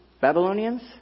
Babylonians